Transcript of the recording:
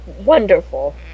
Wonderful